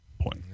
point